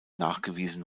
nachgewiesen